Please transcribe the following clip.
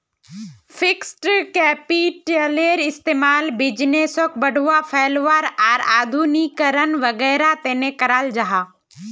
fixed कैपिटलेर इस्तेमाल बिज़नेसोक बढ़ावा, फैलावार आर आधुनिकीकरण वागैरहर तने कराल जाहा